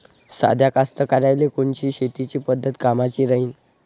साध्या कास्तकाराइले कोनची शेतीची पद्धत कामाची राहीन?